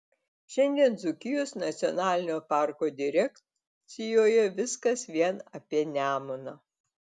šiandien dzūkijos nacionalinio parko direkcijoje viskas vien apie nemuną